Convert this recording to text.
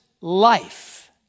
life